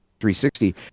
360